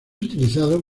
utilizado